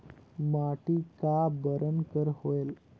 माटी का बरन कर होयल?